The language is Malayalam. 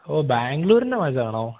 ഓ ബംഗ്ലൂരിൻ്റെ മാച്ചാണോ